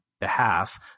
behalf